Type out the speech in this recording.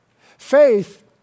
Faith